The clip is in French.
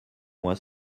moi